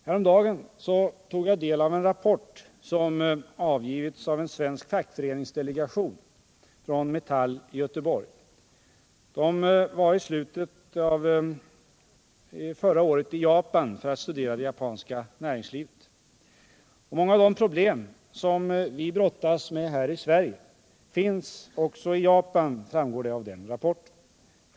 Häromdagen tog jag del av en rapport som avgivits av en svensk fackföreningsdelegation från Metall i Göteborg. Den var i slutet av förra året i Japan för att studera det japanska näringslivet. Många av de problem vi brottas med här i Sverige finns också i Japan, framgår det av rapporten.